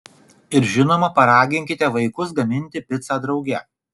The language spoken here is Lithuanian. ir žinoma paraginkite vaikus gaminti picą drauge